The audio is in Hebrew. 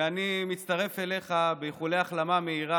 ואני מצטרף אליך באיחולי החלמה מהירה